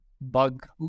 bug